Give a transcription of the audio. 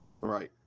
Right